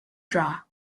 draw